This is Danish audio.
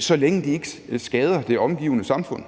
så længe de ikke skader det omgivende samfund.